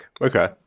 Okay